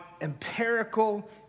empirical